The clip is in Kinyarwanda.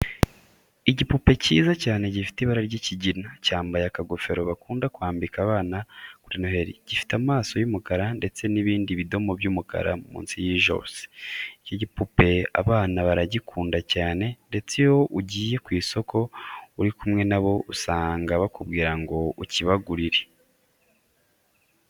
Igipupe cyiza cyane gifite ibara ry'ikigina, cyambaye akagofero bakunda kwambika abana kuri noheli, gifite amaso y'umukara ndetse n'ibindi bidomo by'umukara munsi y'ijosi. Iki gipupe abana baragikunda cyane ndetse iyo ugiye ku isoko uri kumwe na bo usanga bakubwira ngo ukibagurire.